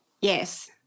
Yes